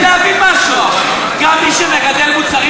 רציתי להבין מישהו: גם מי שמגדל מוצרים